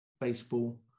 baseball